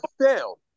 fail